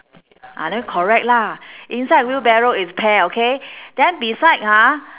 ah then correct lah inside wheelbarrow is pear okay then beside ha